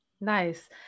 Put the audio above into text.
Nice